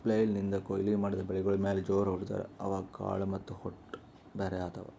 flail ನಿಂದ್ ಕೊಯ್ಲಿ ಮಾಡಿದ್ ಬೆಳಿಗೋಳ್ ಮ್ಯಾಲ್ ಜೋರ್ ಹೊಡಿತಾರ್, ಅವಾಗ್ ಕಾಳ್ ಮತ್ತ್ ಹೊಟ್ಟ ಬ್ಯಾರ್ ಆತವ್